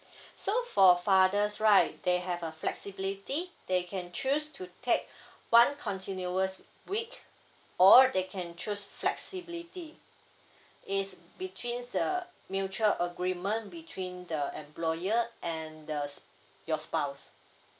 so for fathers right they have a flexibility they can choose to take one continuous week or they can choose flexibility it's betweens a mutual agreement between the employer and the your spouse